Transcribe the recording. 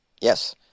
Yes